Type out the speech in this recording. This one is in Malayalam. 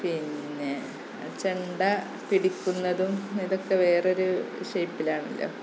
പിന്നെ ചെണ്ട പിടിക്കുന്നതും ഇതൊക്കെ വേറൊരു ഷെയിപ്പിലാണല്ലോ